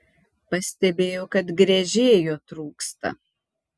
pastebėjau kad gręžėjo trūksta